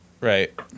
Right